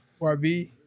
Yb